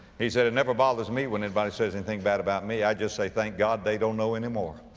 he said, it never bothers me when anybody says anything bad about me, i just say, thank god, they don't know any more